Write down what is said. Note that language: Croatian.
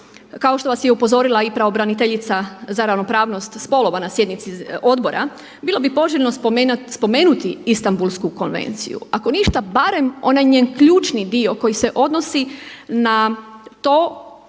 kao što vas je upozorila i pravobraniteljica za ravnopravnost spolova na sjednici odbora bilo bi poželjno spomenuti Istambulsku konvenciju, ako ništa barem onaj njen ključni dio koji se odnosi na to